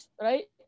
right